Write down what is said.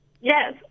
Yes